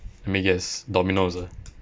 let me guess domino's ah